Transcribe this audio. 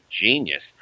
genius